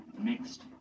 mixed